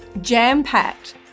jam-packed